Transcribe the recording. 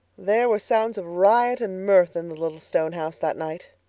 there were sounds of riot and mirth in the little stone house that night.